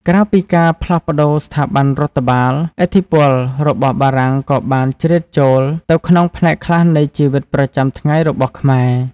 ក្រៅពីការផ្លាស់ប្ដូរស្ថាប័នរដ្ឋបាល ឥទ្ធិពលរបស់បារាំងក៏បានជ្រៀតចូលទៅក្នុងផ្នែកខ្លះនៃជីវិតប្រចាំថ្ងៃរបស់ខ្មែរ។